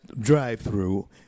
drive-through